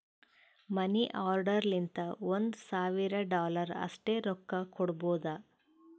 ಮನಿ order ಲಿಂತ ಒಂದ್ ಸಾವಿರ ಡಾಲರ್ ಅಷ್ಟೇ ರೊಕ್ಕಾ ಕೊಡ್ಬೋದ